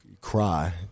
Cry